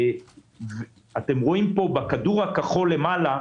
אתם רואים בכדור הכחול למעלה,